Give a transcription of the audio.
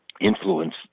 influence